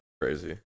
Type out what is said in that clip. crazy